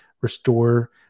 restore